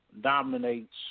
dominates